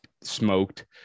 smoked